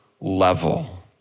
level